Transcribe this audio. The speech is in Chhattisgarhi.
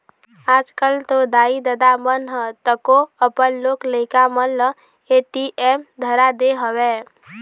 आजकल तो दाई ददा मन ह तको अपन लोग लइका मन ल ए.टी.एम धरा दे हवय